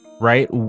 right